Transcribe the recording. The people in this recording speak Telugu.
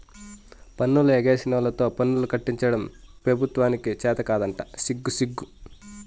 పన్నులు ఎగేసినోల్లతో పన్నులు కట్టించడం పెబుత్వానికి చేతకాదంట సిగ్గుసిగ్గు